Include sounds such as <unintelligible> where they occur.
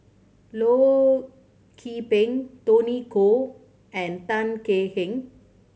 Loh <unintelligible> Peng Tony Khoo and Tan Kek Hiang